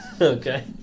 Okay